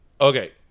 okay